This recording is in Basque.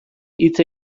hitz